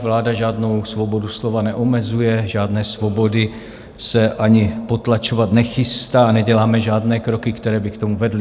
Vláda žádnou svobodu slova neomezuje, žádné svobody se ani potlačovat nechystá, neděláme žádné kroky, které by k tomu vedly.